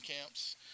camps